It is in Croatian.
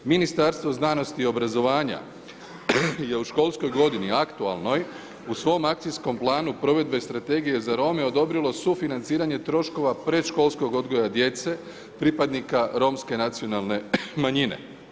Ministarstvo znanosti i obrazovanja je u školskoj godini, aktualnoj, u svom akcijskom planu provedbe i strategije za Rome odobrilo sufinanciranje troškova predškolskog odgoja djece, pripadnika Romske nacionalne manjine.